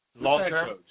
Long-term